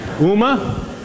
Uma